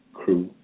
crew